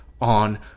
on